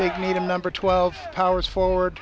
they made him number twelve power forward